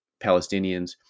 Palestinians